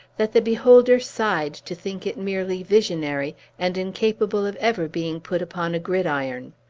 that the beholder sighed to think it merely visionary, and incapable of ever being put upon a gridiron.